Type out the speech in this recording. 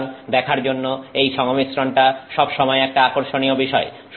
সুতরাং দেখার জন্য এই সংমিশ্রণটা সবসময় একটা আকর্ষণীয় বিষয়